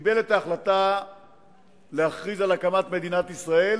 קיבל את ההחלטה להכריז על הקמת מדינת ישראל